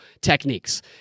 techniques